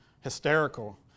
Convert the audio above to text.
hysterical